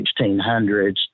1600s